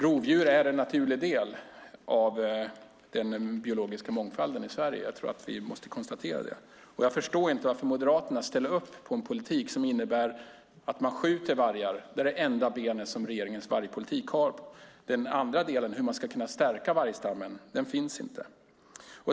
Rovdjur är en naturlig del av den biologiska mångfalden i Sverige. Jag tror att vi måste konstatera det, och jag förstår inte varför Moderaterna ställer upp på en politik som innebär att man skjuter vargar. Det är det enda benet i regeringens vargpolitik. Den andra delen, hur man ska kunna stärka vargstammen, finns inte.